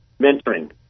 Mentoring